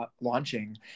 launching